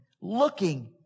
looking